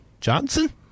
Johnson